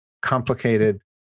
complicated